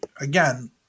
again